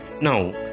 Now